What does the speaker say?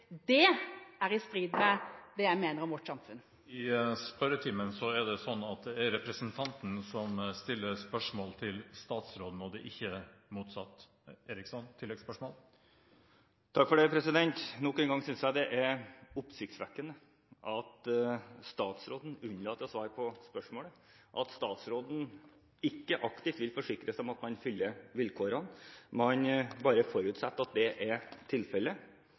Det er i strid med det jeg mener om vårt samfunn. I spørretimen er det slik at det er representanten som stiller spørsmål til statsråden, ikke motsatt. Nok en gang synes jeg det er oppsiktsvekkende at statsråden unnlater å svare på spørsmålet, og at statsråden ikke aktivt vil forsikre seg om at de oppfyller vilkårene. Man bare forutsetter at det er tilfellet.